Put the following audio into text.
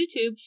YouTube